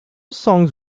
songs